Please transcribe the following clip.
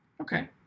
Okay